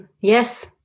Yes